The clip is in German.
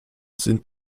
sind